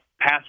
pass